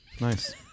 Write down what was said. Nice